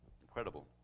Incredible